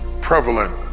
prevalent